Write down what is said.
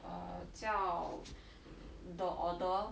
err 叫 mm the order